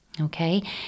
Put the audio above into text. Okay